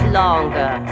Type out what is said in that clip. longer